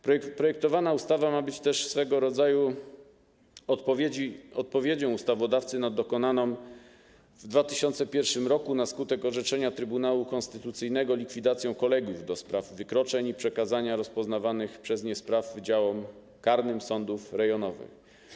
Projektowana ustawa ma być też swego rodzaju odpowiedzią ustawodawcy na dokonaną w 2001 r. na skutek orzeczenia Trybunału Konstytucyjnego likwidację kolegiów do spraw wykroczeń i przekazanie rozpoznawanych przez nie spraw wydziałom karnym sądów rejonowych.